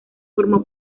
formó